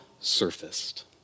surfaced